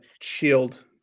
shield